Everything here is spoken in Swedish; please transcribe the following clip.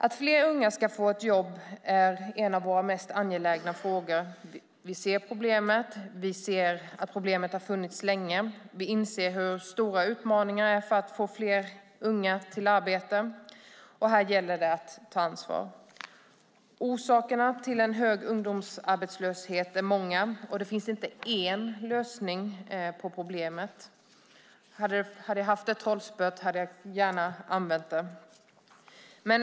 Att fler unga ska få ett jobb är en av våra mest angelägna frågor. Vi ser problemet, att problemet har funnits länge och de stora utmaningarna att få fler unga till arbete. Här gäller det att ta ansvar. Orsakerna till en hög ungdomsarbetslöshet är många. Det finns inte en lösning på problemet. Hade jag haft det trollspöet hade jag gärna använt det.